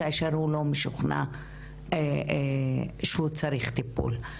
כאשר הוא לא משוכנע שהוא צריך טיפול.